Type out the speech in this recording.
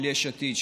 של יש עתיד,